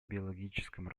биологическом